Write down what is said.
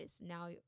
Now